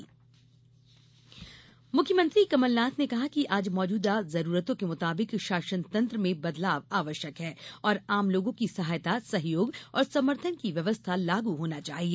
कमलनाथ मुख्यमंत्री कमलनाथ ने कहा है कि आज मौजूदा जरूरतों के मुताबिक शासन तंत्र में बदलाव आवश्यक है और आमलोगों की सहायता सहयोग और समर्थन की व्यवस्था लागू होना चाहिए